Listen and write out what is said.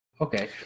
Okay